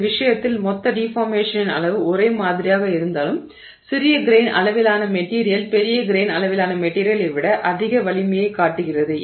இந்த விஷயத்தில் மொத்த டிஃபார்மேஷனின் அளவு ஒரே மாதிரியாக இருந்தாலும் சிறிய கிரெய்ன் அளவிலான மெட்டிரியல் பெரிய கிரெய்ன் அளவிலான மெட்டிரியலை விட அதிக வலிமையைக் காட்டுகிறது